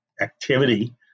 activity